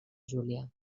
júlia